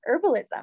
herbalism